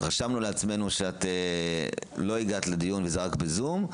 רשמנו לעצמנו שלא הגעת לדיון וזה רק בזום,